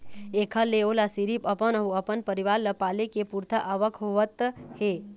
एखर ले ओला सिरिफ अपन अउ अपन परिवार ल पाले के पुरता आवक होवत हे